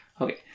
Okay